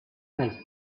has